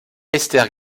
esther